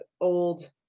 old